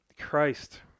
Christ